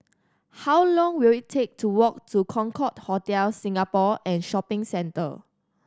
how long will it take to walk to Concorde Hotel Singapore and Shopping Centre